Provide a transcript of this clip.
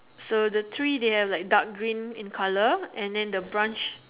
so the tree they have like dark green in colour and then the branch